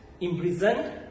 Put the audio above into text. imprisoned